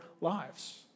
lives